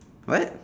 what